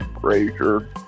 Frazier